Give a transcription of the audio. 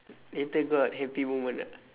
later got happy moment ah